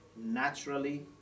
naturally